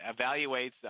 evaluates